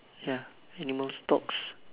ya animal dogs